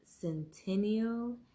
centennial